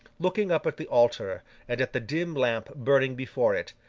looking up at the altar and at the dim lamp burning before it,